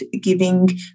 giving